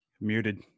Muted